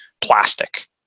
plastic